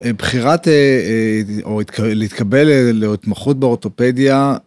בחירת או להתקבל להתמחות באורטופדיה.